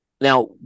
Now